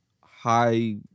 high